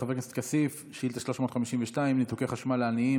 חבר הכנסת כסיף, שאילתה 352: ניתוקי חשמל לעניים.